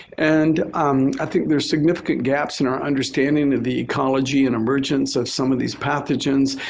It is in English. and i think there's significant gaps in our understanding of the ecology and emergence of some of these pathogens.